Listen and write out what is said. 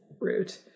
route